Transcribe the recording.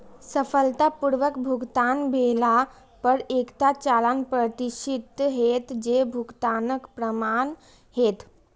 सफलतापूर्वक भुगतान भेला पर एकटा चालान प्रदर्शित हैत, जे भुगतानक प्रमाण हैत